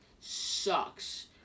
sucks